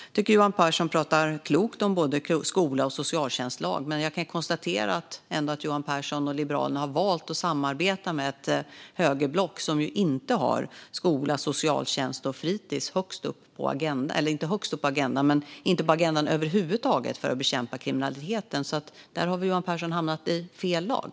Jag tycker att Johan Pehrson pratar klokt om både skola och socialtjänstlag, men Johan Pehrson och Liberalerna har ju valt att samarbeta med ett högerblock som över huvud taget inte har skola, socialtjänst och fritis på agendan för att bekämpa kriminaliteten. Här har Johan Pehrson alltså hamnat i fel lag.